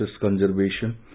conservation